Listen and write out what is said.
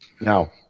Now